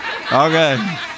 Okay